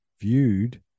viewed